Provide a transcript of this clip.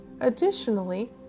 Additionally